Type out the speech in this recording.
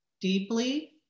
deeply